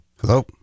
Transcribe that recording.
hello